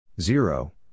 Zero